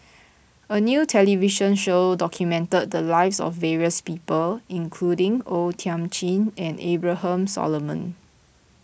a new television show documented the lives of various people including O Thiam Chin and Abraham Solomon